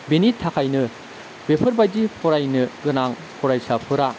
बेनि थाखायनो बेफोरबायदि फरायनो गोनां फरायसाफोरा